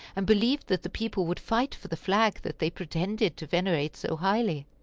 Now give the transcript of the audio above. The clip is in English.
and believed that the people would fight for the flag that they pretended to venerate so highly.